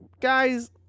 guys